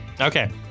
Okay